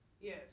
Yes